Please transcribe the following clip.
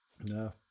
No